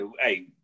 hey